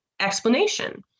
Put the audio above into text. explanation